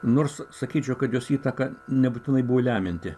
nors sakyčiau kad jos įtaka nebūtinai buvo lemianti